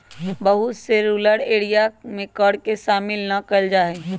बहुत से rural area में कर के शामिल ना कइल जा हई